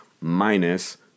minus